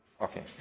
Okay